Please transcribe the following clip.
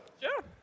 Sure